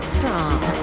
Strong